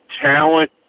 talent